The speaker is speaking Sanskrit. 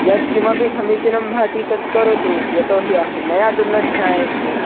यद् किमपि समीचीनं भवति तद् करोतु यतो हि अहं मया तु न ज्ञायते